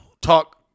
talk